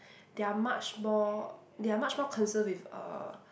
they are much more they are much more concerned with uh